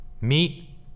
meet